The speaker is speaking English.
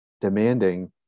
demanding